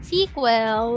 Sequel